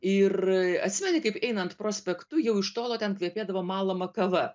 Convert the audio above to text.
ir atsimeni kaip einant prospektu jau iš tolo ten kvepėdavo malama kava